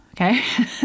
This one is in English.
okay